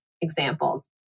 examples